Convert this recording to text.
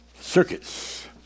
circuits